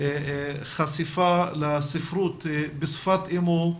חשיפה לספרות בשפת אמו,